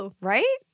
Right